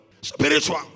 spiritual